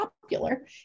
popular